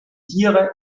tiere